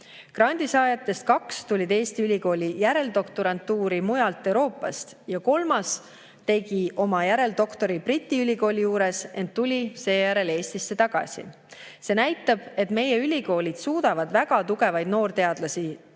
Grandi saajatest kaks tulid Eesti ülikooli järeldoktorantuuri mujalt Euroopast ja kolmas tegi oma järeldoktorantuuri Briti ülikooli juures, ent tuli seejärel Eestisse tagasi. See näitab, et meie ülikoolid suudavad väga tugevaid noorteadlasi siia